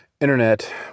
Internet